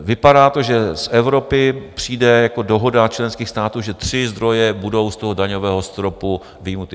Vypadá to, že z Evropy přijde jako dohoda členských států, že tři zdroje budou z toho daňového stropu vyjmuty.